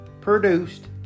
produced